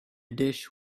dish